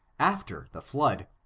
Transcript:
after the flood,